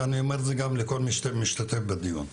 ואני אומר את זה גם לכל משתתף בדיון,